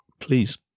Please